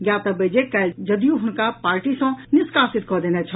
ज्ञातव्य अछि जे काल्हि जदयू हुनका पार्टी सँ निष्कासित कऽ देने छल